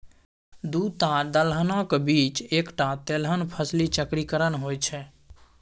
दूटा दलहनक बीच एकटा तेलहन फसली चक्रीकरण होए छै